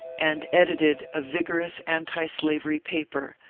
and edited a vig orous antislavery paper,